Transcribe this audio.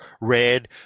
red